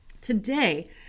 Today